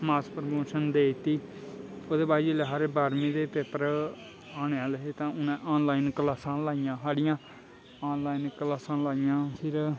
मास promotion देई दित्ती ओह्दे बाद जेल्लै साढ़े बाह्रमीं दे पेपर औने आह्ले हे ते उ'नें आनलाइन क्लासां लाइयां साढ़ियां आनलाइन क्लासां लाइयां फिर